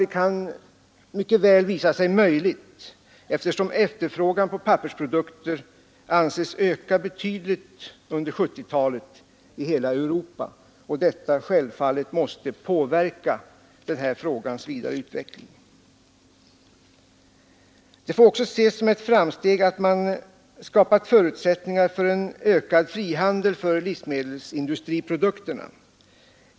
Det kan mycket väl visa sig möjligt, eftersom efterfrågan på pappersprodukter anses öka betydligt under 1970-talet i hela Europa, och detta måste självfallet påverka denna frågas vidare utveckling. Det får också ses som ett framsteg att man skapat förutsättningar för en ökad frihandel för livsmedelsindustriprodukterna.